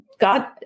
God